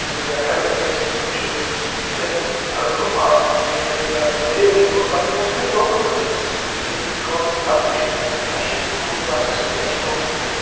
یَتھ health care system چھِ وٕنہِ سانٮ۪ن ایریاہَس منٛز واریاہ ویٖک اور پَتہٕ نِمو سٲنۍ لوکَل ییٚتہِ أسۍ گامٕکۍ دِہاتٕکۍ چھِ اَسہِ چھَنہٕ بِلکُل یِم زا فیسَلٹی اَسہِ چھِ پٮ۪وان ییٚتہِ گژھُن